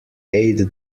ate